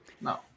No